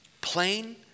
plain